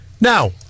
Now